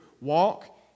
Walk